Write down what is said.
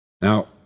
Now